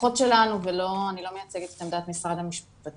הלקוחות שלנו ואני לא מייצגת את עמדת משרד המשפטים.